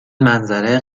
منظره